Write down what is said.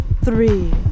Three